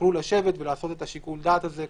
שיוכלו לשבת ולעשות את שיקול הדעת הזה,